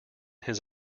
his